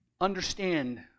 understand